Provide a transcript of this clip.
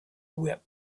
whip